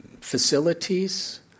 facilities